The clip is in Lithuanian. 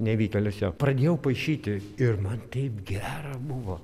nevykėlis jo pradėjau paišyti ir man taip gera buvo